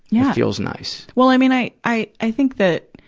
yeah feels nice. well, i mean, i, i, i think that,